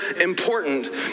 important